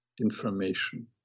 information